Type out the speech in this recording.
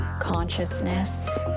consciousness